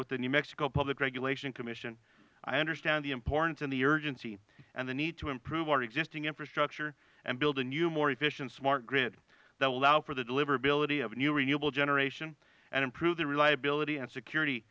with the new mexico public regulation commission i understand the importance and the urgency and the need to improve our existing infrastructure and build a new more efficient smart grid that will allow for the deliverability of new renewable generation and improve the reliability and security